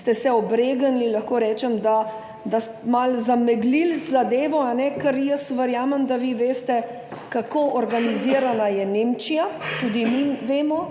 ste se obregnili, lahko rečem, da malo zameglili zadevo, ker jaz verjamem, da vi veste, kako je organizirana Nemčija. Tudi mi vemo,